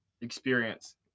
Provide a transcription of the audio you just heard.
experience